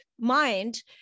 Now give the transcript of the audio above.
mind